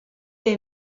est